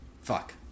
fuck